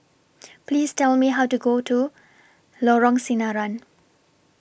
Please Tell Me How to get to Lorong Sinaran